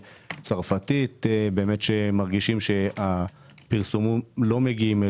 צרפתית שמרגישים שהפרסומים לא מגיעים אליהם.